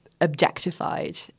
objectified